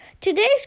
Today's